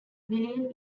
william